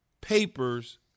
papers